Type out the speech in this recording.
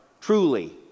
truly